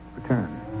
return